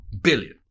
billion